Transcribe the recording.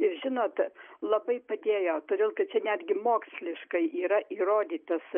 ir žinot labai padėjo todėl kad čia netgi moksliškai yra įrodytas